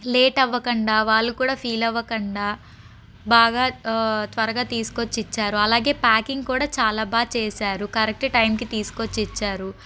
late అవకుండా వాళ్ళు కూడా ఫీల్ అవకుండా బాగా త్వరగా తీసుకొచ్చి ఇచ్చారు అలాగే ప్యాకింగ్ కూడా చాలా బాగా చేసారు కరెక్ట్ టైంకి తీసుకొచ్చి ఇచ్చారు